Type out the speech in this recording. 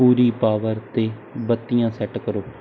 ਪੂਰੀ power 'ਤੇ ਬੱਤੀਆਂ set ਕਰੋ